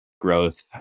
growth